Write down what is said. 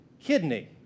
kidney